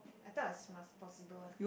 I thought is must possible one